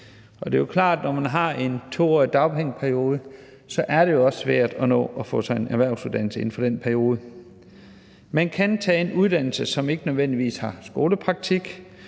Det er jo klart, at det, når man har en 2-årig dagpengeperiode, også er svært at nå at få sig en erhvervsuddannelse inden for den periode. Man kan tage en uddannelse, som ikke nødvendigvis har skolepraktik;